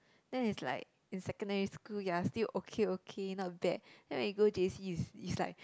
then it's like in secondary school you are still okay okay not bad then when you go J_C it's it's like